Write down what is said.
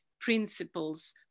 principles